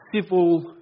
civil